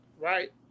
right